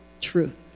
truth